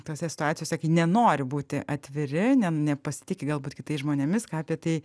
tose situacijose kai nenori būti atviri ne nepasitiki galbūt kitais žmonėmis ką apie tai